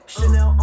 Chanel